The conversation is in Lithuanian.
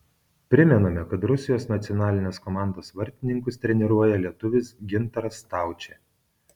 primename kad rusijos nacionalinės komandos vartininkus treniruoja lietuvis gintaras staučė